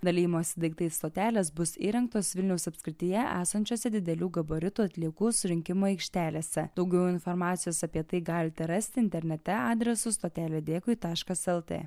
dalijimosi daiktais stotelės bus įrengtos vilniaus apskrityje esančiose didelių gabaritų atliekų surinkimo aikštelėse daugiau informacijos apie tai galite rasti internete adresu stotelė dėkui taškas lt